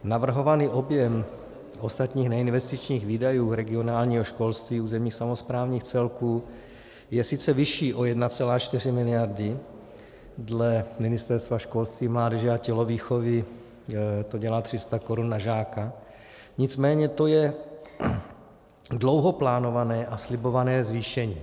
Navrhovaný objem ostatních neinvestičních výdajů regionálního školství územních samosprávních celků je sice vyšší o 1,4 miliardy, dle Ministerstva školství, mládeže a tělovýchovy to dělá 300 korun na žáka, nicméně to je dlouho plánované a slibované zvýšení.